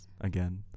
Again